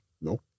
No